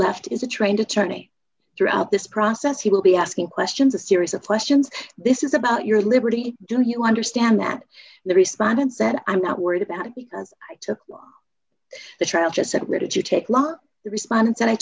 left is a trained attorney throughout this process he will be asking questions a series of questions this is about your liberty do you understand that the respondents that i'm not worried about because i took the trial just said where did you take law respon